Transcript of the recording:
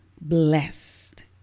blessed